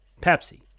Pepsi